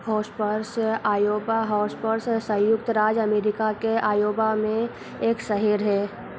Hospers Iowa Hospers संयुक्त राज्य America के आयोवा में एक शहर है